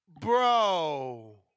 Bro